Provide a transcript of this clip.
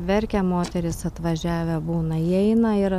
verkia moterys atvažiavę būna įeina ir